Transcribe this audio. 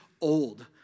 old